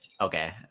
Okay